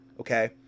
okay